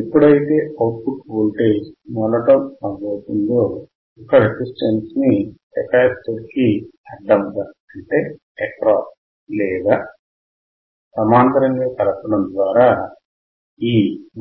ఎప్పుడైతే output voltage మళ్ళటం మొదలవుతుందో ఒక రెసిస్టెన్స్ ని కెపాసిటర్ కి అడ్డముగా లేదా సమాంతరముగా కలపము ద్వారా ఈ